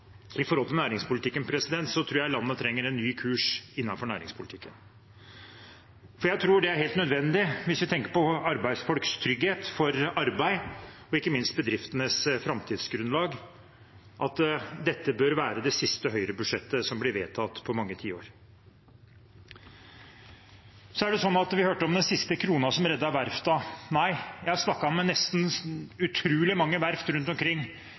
tror jeg landet trenger en ny kurs innenfor næringspolitikken. Jeg tror det er helt nødvendig hvis vi tenker på arbeidsfolks trygghet for arbeid og ikke minst på bedriftenes framtidsgrunnlag. Dette bør være det siste høyrebudsjettet som blir vedtatt på mange tiår. Så hørte vi om den siste kronen som reddet verftene. Nei, jeg har snakket med utrolig mange verft rundt omkring